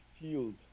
field